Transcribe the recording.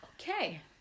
okay